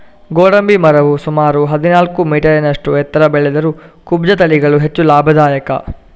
ಗೋಡಂಬಿ ಮರವು ಸುಮಾರು ಹದಿನಾಲ್ಕು ಮೀಟರಿನಷ್ಟು ಎತ್ತರ ಬೆಳೆದರೂ ಕುಬ್ಜ ತಳಿಗಳು ಹೆಚ್ಚು ಲಾಭದಾಯಕ